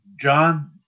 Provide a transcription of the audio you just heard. John